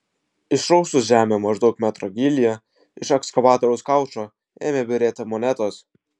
išrausus žemę maždaug metro gylyje iš ekskavatoriaus kaušo ėmė byrėti monetos